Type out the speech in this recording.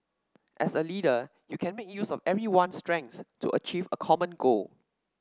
as a leader you can make use of everyone's strengths to achieve a common goal